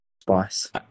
Spice